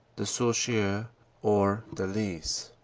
the souchez or the lys.